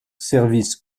service